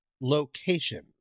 location